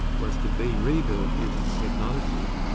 was to be rebuilt using technology,